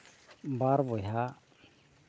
ᱵᱟᱨ ᱵᱚᱭᱦᱟ